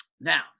Now